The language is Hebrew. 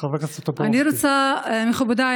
מכובדיי,